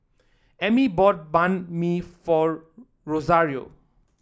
Emmy bought Banh Mi for Rosario